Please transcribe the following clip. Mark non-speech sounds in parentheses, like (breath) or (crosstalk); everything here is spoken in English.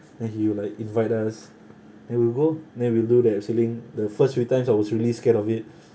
and he will like invite us and we'll go and we'll do the abseiling the first few times I was really scared of it (breath)